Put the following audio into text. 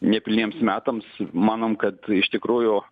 nepilniems metams manom kad iš tikrųjų